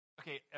Okay